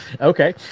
okay